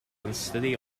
unsteady